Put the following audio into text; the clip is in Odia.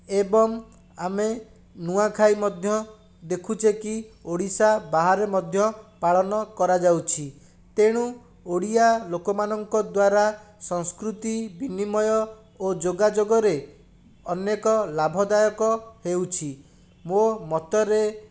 ଏବଂ ଆମେ ନୂଆଖାଇ ମଧ୍ୟ ଦେଖୁଛେ କି ଓଡ଼ିଶା ବାହାରେ ମଧ୍ୟ ପାଳନ କରାଯାଉଛି ତେଣୁ ଓଡ଼ିଆ ଲୋକମାନଙ୍କଦ୍ୱାରା ସଂସ୍କୃତି ବିନିମୟ ଓ ଯୋଗାଯୋଗରେ ଅନେକ ଲାଭଦାୟକ ହେଉଛି ମୋ ମତରେ